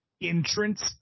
entrance